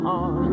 on